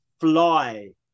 fly